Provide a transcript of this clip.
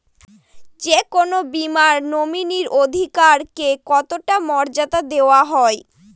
যে কোনো বীমায় নমিনীর অধিকার কে কতটা মর্যাদা দেওয়া হয়?